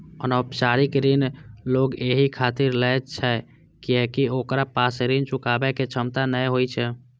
अनौपचारिक ऋण लोग एहि खातिर लै छै कियैकि ओकरा पास ऋण चुकाबै के क्षमता नै होइ छै